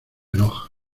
enoja